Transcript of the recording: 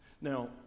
Now